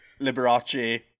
Liberace